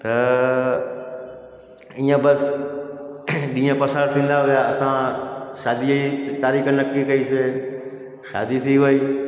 त ईअं बसि ॾींहं पसार थींदा विया असां शादी ई तारीख़ नकी कई से शादी थी वई